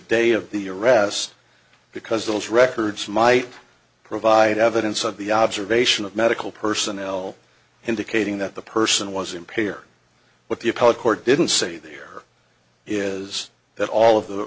day of the arrest because those records might provide evidence of the observation of medical personnel indicating that the person was impaired but the appellate court didn't say there is that all of the